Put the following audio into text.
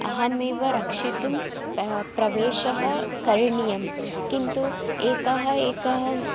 अहमेव रक्षितुं प्रवेशः करणीयं किन्तु एकः एकः